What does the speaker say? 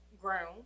ground